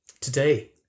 Today